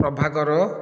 Prabhakar